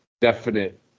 definite